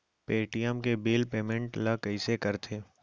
Paytm के bill payment ल कइसे करथे?